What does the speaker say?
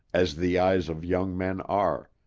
as the eyes of young men are,